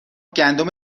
گندم